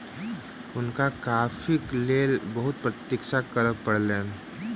हुनका कॉफ़ीक लेल बहुत प्रतीक्षा करअ पड़लैन